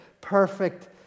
perfect